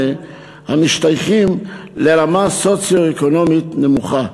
המשתייכים לרמה סוציו-אקונומית נמוכה,